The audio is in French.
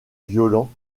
violent